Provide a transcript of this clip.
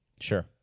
Sure